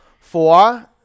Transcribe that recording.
Four